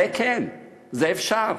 זה כן, זה אפשר.